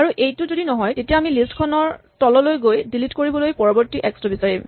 আৰু এইটো যদি নহয় তেতিয়া আমি লিষ্ট খন ৰ তললৈ গৈ ডিলিট কৰিবলৈ পৰৱৰ্তী এক্স টো বিচাৰিম